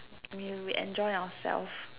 we we we enjoy ourselves